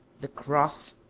the cross,